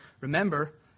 Remember